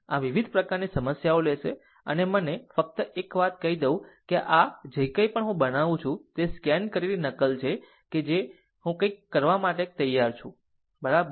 આમ વિવિધ પ્રકારની સમસ્યાઓ લેશે અને મને ફક્ત એક વાત કહી દઉં કે આ આ જે કંઇ પણ હું બનાવું છું તે સ્કેન કરેલી નકલ છે કે જે હું કંઇક માટે તૈયાર કરું છું બરાબર